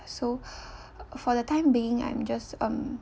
so for the time being I'm just um